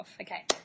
Okay